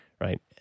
right